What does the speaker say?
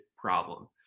problem